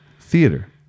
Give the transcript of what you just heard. Theater